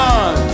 on